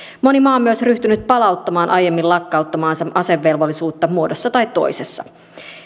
moni maa on myös ryhtynyt palauttamaan aiemmin lakkauttamaansa asevelvollisuutta muodossa tai toisessa